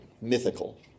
mythical